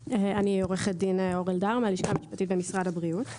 עו"ד אור אלדר, הלשכה המשפטית במשרד הבריאות.